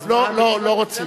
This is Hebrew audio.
אז לא, לא, לא רוצים.